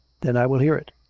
then i will hear it.